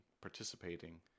participating